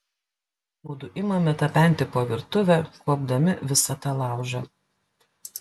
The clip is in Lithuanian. mudu imame tapenti po virtuvę kuopdami visą tą laužą